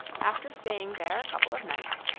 after staying there a couple of nights,